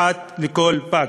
אחת לכל פג.